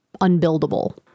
unbuildable